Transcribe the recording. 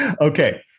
Okay